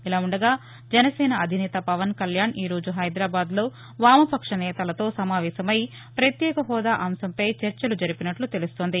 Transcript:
ఇలా ఉండగా జనసేన అధినేత పవన్కళ్యాణ్ ఈ రోజు హైదరాబాద్లో వామపక్ష నేతలతో సమావేశమై ప్రత్యేక హాదా ఉద్యమంపై చర్చలు జరిపినట్లు తెలుస్తోంది